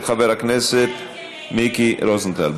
של חבר הכנסת מיקי רוזנטל.